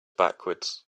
backwards